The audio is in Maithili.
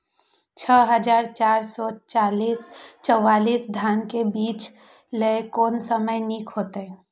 छः हजार चार सौ चव्वालीस धान के बीज लय कोन समय निक हायत?